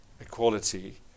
Equality